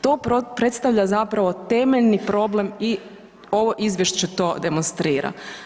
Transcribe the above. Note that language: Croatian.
To predstavlja zapravo temeljni problem i ovo izvješće to demonstrira.